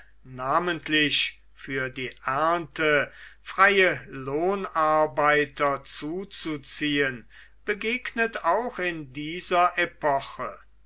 namentlich für die ernte freie lohnarbeiter zuzuziehen begegnet auch in dieser epoche